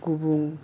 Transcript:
गुबुन